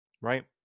Right